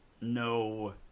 no